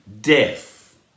death